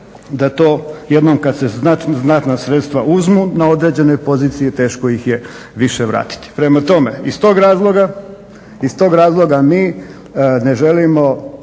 da to jednom kada se znatna sredstva uzmu na određenoj poziciji teško ih je više vratiti. Prema tome, iz toga razloga mi ne želimo